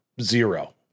zero